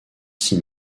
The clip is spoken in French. six